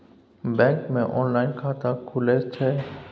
Bank मे online खाता खुले छै?